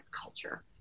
culture